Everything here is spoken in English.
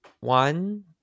one